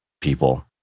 people